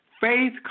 Faith